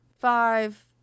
five